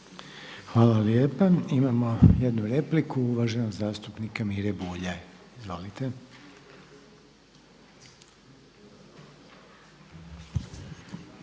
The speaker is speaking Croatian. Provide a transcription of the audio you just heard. vam lijepa. Imamo jednu repliku uvaženog zastupnika Mire Bulja. Izvolite.